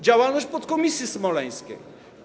Działalność podkomisji smoleńskiej.